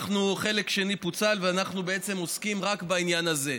חלק שני פוצל, ואנחנו בעצם עוסקים רק בעניין הזה.